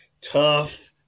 tough